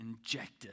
injected